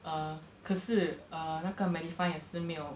err 可是 err 那个 medifund 也是没有